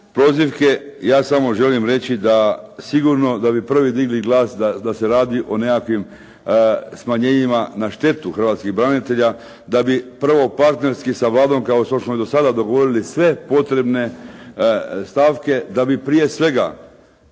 prozivke, ja samo želim reći da sigurno da bi prvi digli glas da se radi o nekakvim smanjenjima na štetu hrvatskih branitelja da bi prvo partnerski sa Vladom kao što smo i do sada dogovorili sve potrebne stavke da bi prije svega